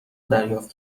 دریافت